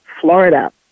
Florida